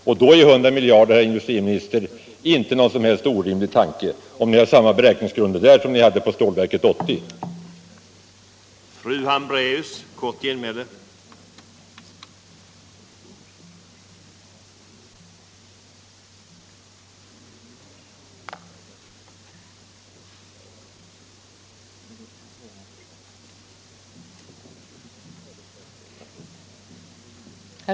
Använder ni samma beräkningsgrunder här som i Stålverk 80 projektet, är det inte någon orimlig tanke att det kan komma att kosta 100 miljarder, herr industriminister, att avveckla det färdiga kärnkraftsengagemanget någon gång mot slutet av 1980-talet.